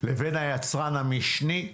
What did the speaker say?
לבין היצרן המשני,